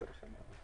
תודה.